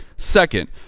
Second